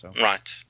Right